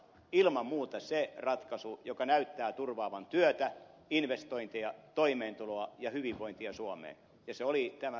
ilman muuta oikea oli se ratkaisu joka näyttää turvaavan työtä investointeja toimeentuloa ja hyvinvointia suomeen ja se oli tämä suurempi arvio